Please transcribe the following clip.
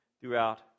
throughout